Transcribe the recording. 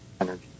energy